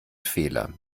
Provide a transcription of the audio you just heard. fehler